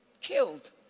killed